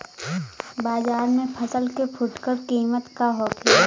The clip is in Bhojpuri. बाजार में फसल के फुटकर कीमत का होखेला?